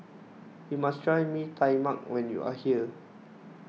you must try Mee Tai Mak when you are here